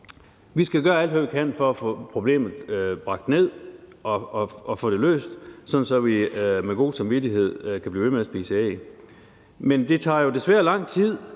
Vi skal gøre alt, hvad vi kan, for at få omfanget af problemet bragt ned og få det løst, sådan at vi med god samvittighed kan blive ved med at spise æg, men det tager jo desværre lang tid.